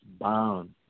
bound